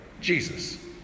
Jesus